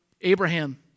Abraham